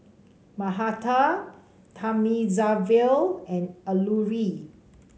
Mahatma Thamizhavel and Alluri